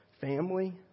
family